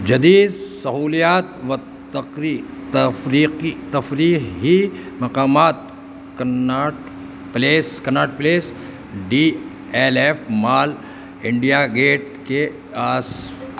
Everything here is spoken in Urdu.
جدید سہولیات و تقری تفریقی تفریحی مقامات کناٹ پلیس کناٹ پلیس ڈی ایل ایف مال انڈیا گیٹ کے آس